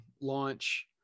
launch